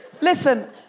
listen